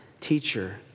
teacher